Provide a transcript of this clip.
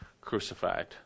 crucified